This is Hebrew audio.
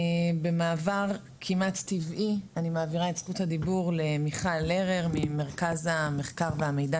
במעבר כמעט טבעי אני מעבירה את זכות הדיבור למיכל לרר ממרכז המחקר והמידע